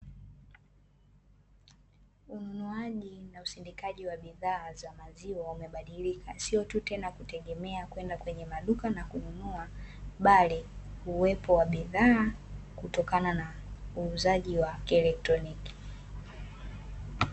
Ununuaji na usindikaji wa bidhaa za maziwa umebadilika, sio tu tena kutegemea kwenda kwenye maduka na kununua bali uwepo wa bidhaa kutokana na uuzaji wa kielektroniki.